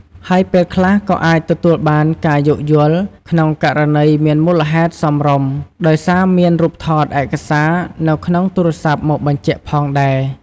ហើយពេលខ្លះក៏អាចទទួលបានការយោគយល់ ក្នុងករណីមានមូលហេតុសមរម្យ ដោយសារមានរូបថតឯកសារនៅក្នុងទូរស័ព្ទមកបញ្ជាក់ផងដែរ។